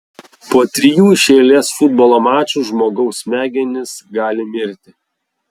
po trijų iš eilės futbolo mačų žmogaus smegenys gali mirti